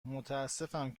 متأسفم